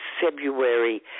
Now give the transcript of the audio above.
February